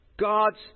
God's